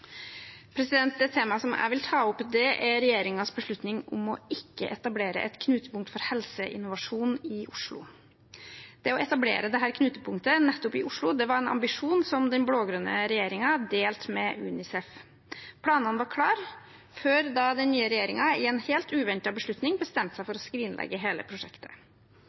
som jeg vil ta opp, er regjeringens beslutning om ikke å etablere et knutepunkt for helseinnovasjon i Oslo. Det å etablere dette knutepunktet nettopp i Oslo var en ambisjon som den blå-grønne regjeringen delte med UNICEF. Planene var klare, før den nye regjeringen i en helt uventet beslutning bestemte seg for å skrinlegge hele prosjektet.